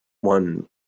one